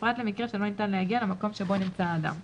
בפרט למקרה שלא ניתן להגיע למקום בו נמצא האדם.